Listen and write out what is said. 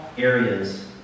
Areas